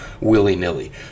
willy-nilly